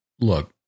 look